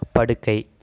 படுக்கை